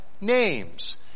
names